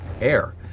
air